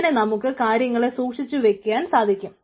അങ്ങനെ നമുക്ക് കാര്യങ്ങളെ സൂക്ഷിച്ചുവയ്ക്കാൻ സാധിക്കുന്നു